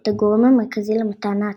את הגורם המרכזי למתן ההצהרה.